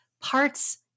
parts